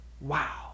Wow